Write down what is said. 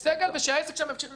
ושהעסק שם ימשיך לתפקד,